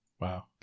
Wow